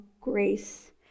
grace